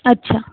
अच्छा